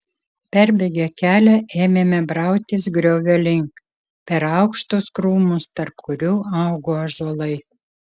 perbėgę kelią ėmėme brautis griovio link per aukštus krūmus tarp kurių augo ąžuolai